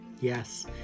yes